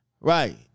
Right